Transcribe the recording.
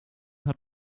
hat